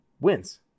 wins